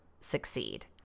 succeed